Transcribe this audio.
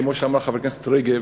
כפי שאמרה חברת הכנסת רגב,